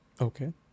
Okay